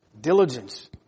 diligence